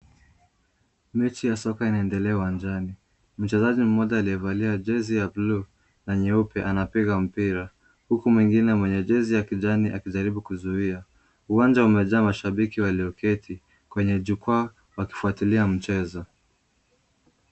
Mechi ya soka inaendelea uwanjani. Mchezaji mmoja aliyevalia jezi ya bluu na nyeupe anapiga mpira, huku mwingine mwenye jezi ya kijani akijaribu kuzuia. Uwanja umejaa mashabiki walioketi kwenye jukwaa wakifuatilia mchezo.